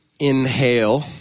inhale